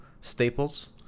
staples